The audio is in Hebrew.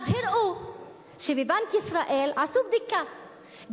אז הראו שבבנק ישראל עשו בדיקה,